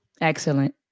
Excellent